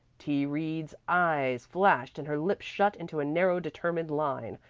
t. reed's eyes flashed and her lips shut into a narrow determined line.